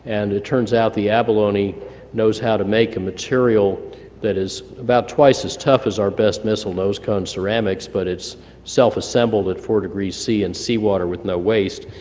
and it turns out the abalone knows how to make a material that is about twice as tough as our best missile nose cone ceramics, but it's self-assembled at four degrees c in seawater with no waste,